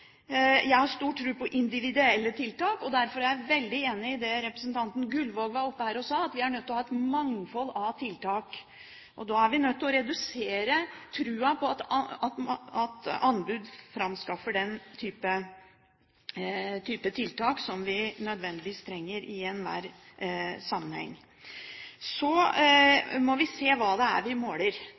veldig enig i det som representanten Gullvåg var oppe her og sa, at vi er nødt til å ha et mangfold av tiltak. Da er vi nødt til å redusere troen på at anbud framskaffer den type tiltak som vi nødvendigvis trenger i enhver sammenheng. Så må vi se på hva det er vi